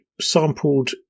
sampled